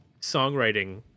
songwriting